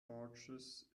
george’s